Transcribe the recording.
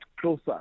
closer